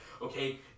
okay